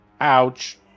Ouch